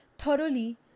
Thoroughly